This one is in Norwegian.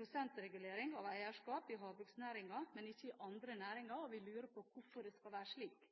prosentregulering av eierskap i havbruksnæringen, men ikke i andre næringer, og vi lurer på hvorfor det skal være slik.